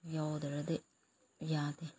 ꯌꯥꯎꯗ꯭ꯔꯗꯤ ꯌꯥꯗꯦ